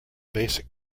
basic